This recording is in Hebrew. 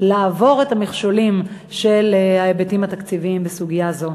לעבור את המכשולים של ההיבטים התקציביים בסוגיה זו.